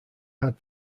had